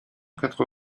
quatre